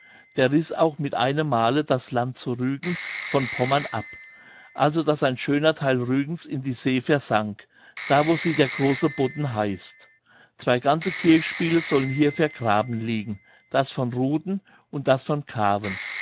der riß auch mit einem male das land zu rügen von pommern ab also daß ein schöner theil rügens in die see versank da wo sie der große bodden heißt zwei ganze kirchspiele sollen hier vergraben liegen das von ruden und das von